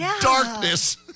darkness